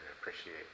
appreciate